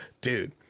dude